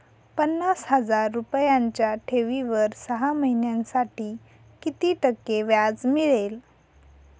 पन्नास हजार रुपयांच्या ठेवीवर सहा महिन्यांसाठी किती टक्के व्याज मिळेल?